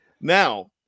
Now